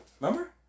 remember